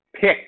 pick